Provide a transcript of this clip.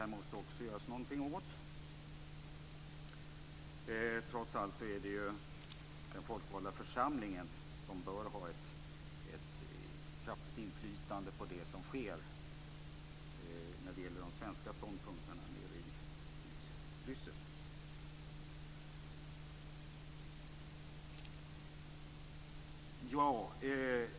Det måste göras någonting åt detta. Trots allt bör den folkvalda församlingen ha ett kraftigt inflytande på de svenska ståndpunkterna nere i Bryssel.